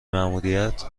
ماموریت